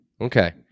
Okay